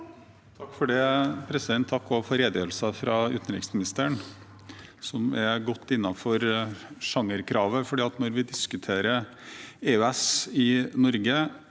Moe (Sp) Takk for redegjø- relsen fra utenriksministeren, som er godt innenfor sjangerkravet. Når vi diskuterer EØS i Norge